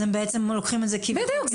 הם בעצם לוקחים את זה ו- -- בדיוק,